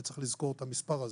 וצריך לזכור את המספר הזה.